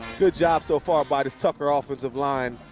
good job so far by this thumber ah offensive line.